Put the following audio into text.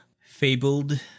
fabled